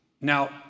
Now